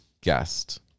guest